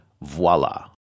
voila